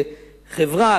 חברה,